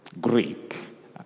Greek